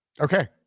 okay